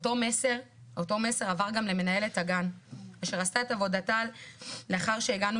אותו מסר עבר גם למנהלת הגן אשר עשתה את עבודתה לאחר שהגענו